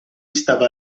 stava